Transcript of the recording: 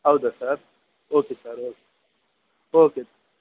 ಹೌದಾ sir okay sir okay okay sir